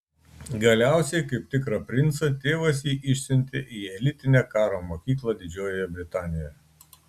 galiausiai kaip tikrą princą tėvas jį išsiuntė į elitinę karo mokyklą didžiojoje britanijoje